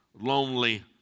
lonely